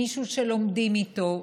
מישהו שלומדים איתו,